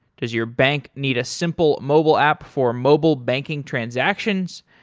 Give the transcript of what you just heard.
does your bank need a simple mobile app for mobile banking transactions?